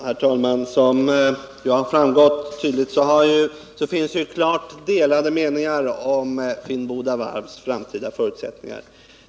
Herr talman! Som tydligt framgått finns det klart delade meningar om Finnboda varvs framtida förutsättningar.